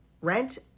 rent